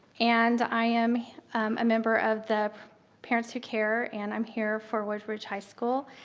and i am a member of the parents who care, and i'm here for woodbridge high school